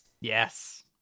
Yes